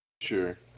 Sure